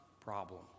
problem